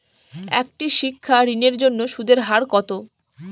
একটি শিক্ষা ঋণের জন্য সুদের হার কত?